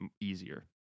easier